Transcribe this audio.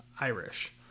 Irish